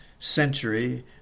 century